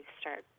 start